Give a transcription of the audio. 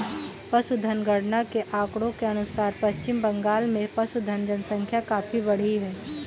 पशुधन गणना के आंकड़ों के अनुसार पश्चिम बंगाल में पशुधन जनसंख्या काफी बढ़ी है